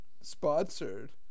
sponsored